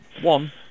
one